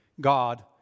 God